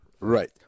right